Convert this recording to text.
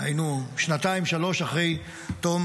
היינו שנתיים-שלוש אחרי תום